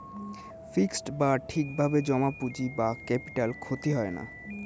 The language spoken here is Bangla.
ফিক্সড বা ঠিক ভাবে জমা পুঁজি বা ক্যাপিটাল ক্ষতি হয় না